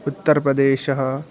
उत्तरप्रदेशः